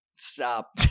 Stop